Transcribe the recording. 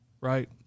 right